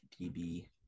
DB